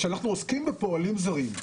כשאנחנו עוסקים בפועלים זרים,